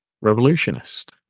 Revolutionist